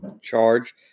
charge